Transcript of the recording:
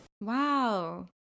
Wow